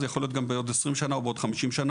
זה יכול להיות גם בעוד 20 שנה או בעוד 50 שנה.